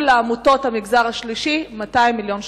דמי חנוכה.